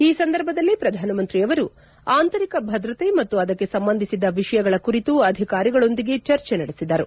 ಈ ಸಂದರ್ಭದಲ್ಲಿ ಪ್ರಧಾನಮಂತ್ರಿಯವರು ಆಂತರಿಕ ಭದ್ರತೆ ಮತ್ತು ಅದಕ್ಕೆ ಸಂಬಂಧಿಸಿದ ವಿಷಯಗಳ ಕುರಿತು ಅಧಿಕಾರಿಗಳೊಂದಿಗೆ ಚರ್ಚೆ ನಡೆಸಿದರು